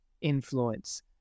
influence